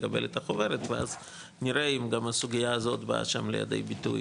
לקבל את החוברת ואז נראה אם גם הסוגייה הזאת באה שם לידי ביטוי.